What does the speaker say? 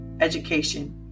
education